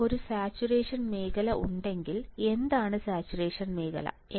ഇപ്പോൾ ഒരു സാച്ചുറേഷൻ മേഖല ഉണ്ടെങ്കിൽ എന്താണ് സാച്ചുറേഷൻ മേഖല